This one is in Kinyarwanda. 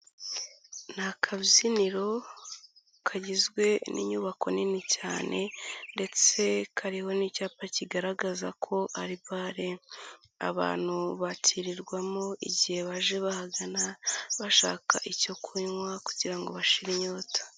Ni ikabyiniro kagizwe n'inyubako nini cyane ndetse kariho n'icyapa kigaragaza ko ari bare abantu bakirirwamo igihe baje bahagana bashaka icyo kunywa kugira ngo bashire inyota.